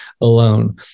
alone